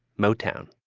motown.